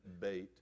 bait